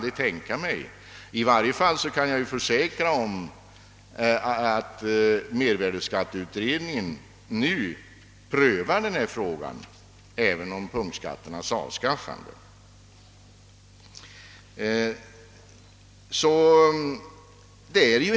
I varje fall kan jag försäkra att mervärdeskatteutredningen också prövar frågan om punktskatternas avskaffande.